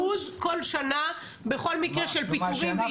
4%-5% כל שנה, בכל מקרה של פיטורים והתפטרות.